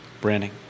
Branding